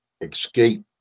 escape